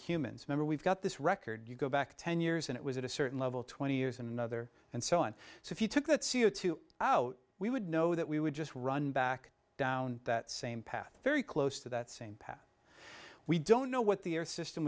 humans remember we've got this record you go back ten years and it was at a certain level twenty years another and so on so if you took that c o two out we would know that we would just run back down that same path very close to that same path we don't know what the air system